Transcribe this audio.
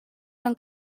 con